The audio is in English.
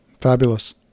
Fabulous